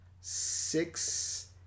six